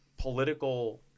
political